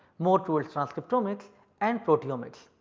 more towards transcriptomics and proteomics.